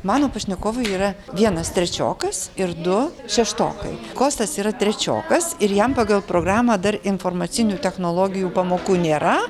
mano pašnekovai yra vienas trečiokas ir du šeštokai kostas yra trečiokas ir jam pagal programą dar informacinių technologijų pamokų nėra